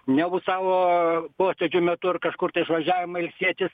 ne už savo posėdžių metu ar kažkur tai išvažiavimą ilsėtis